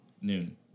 noon